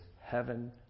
heaven